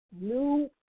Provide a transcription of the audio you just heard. new